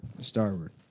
starboard